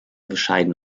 bescheiden